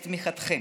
את תמיכתכם.